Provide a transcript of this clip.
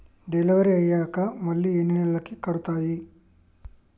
Delivery అయ్యాక మళ్ళీ ఎన్ని నెలలకి కడుతాయి?